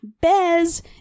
Bez